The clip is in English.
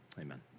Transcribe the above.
amen